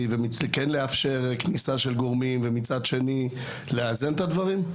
וכן לאפשר כניסה של גורמים ומצד שני לאזן את הדברים?